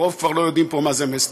הרוב כבר לא יודעים פה מה זה מסטינג,